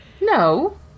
No